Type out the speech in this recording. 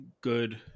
good